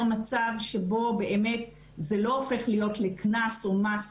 מצב שבו באמת זה לא הופך להיות לקנס או מס,